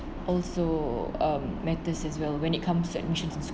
also um matters as well when it comes to admissions in